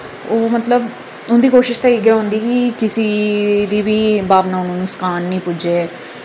ओह् मतलब उंदी कोशिश ते इ'यै होंदी कि कुसै दी बी भावना गी नुस्कान निं पुज्जै